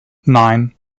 nine